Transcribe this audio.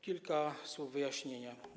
Kilka słów wyjaśnienia.